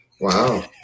wow